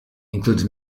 includes